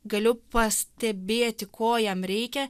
galiu pastebėti ko jam reikia